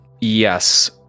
yes